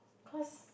cause